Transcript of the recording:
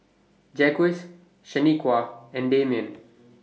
Jacques Shaniqua and Damian